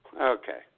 Okay